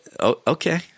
Okay